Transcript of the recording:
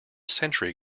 century